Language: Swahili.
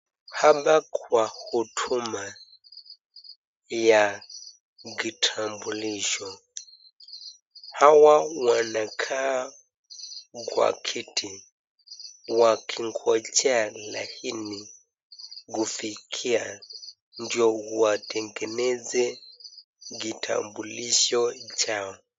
Hapa kwa huduma ya kitambulisho. Hawa wanakaa kwa kiti wakingojea laini kufikia ndio watengeneze kitambulisho chao.